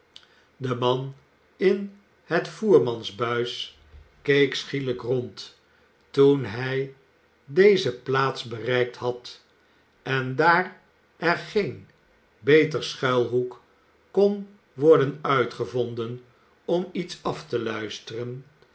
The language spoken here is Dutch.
de man in het voermansbuis keek schielijk rond toen hij deze plaats bereikt had en daar er geen beter schuilhoek kon worden uitgevonden om iets af te luisteren